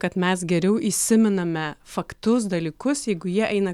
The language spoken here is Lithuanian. kad mes geriau įsimename faktus dalykus jeigu jie eina